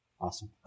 Awesome